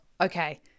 okay